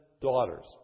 daughters